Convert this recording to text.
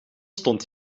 stond